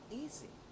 easy